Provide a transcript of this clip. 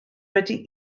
wedi